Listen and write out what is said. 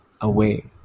away